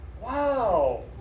Wow